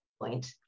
point